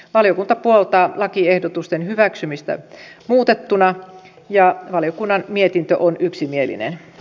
valiokunta puoltaa lakiehdotusten hyväksymistä muutettuna ja valiokunnan mietintö on yksimielinen